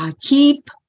keep